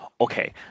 Okay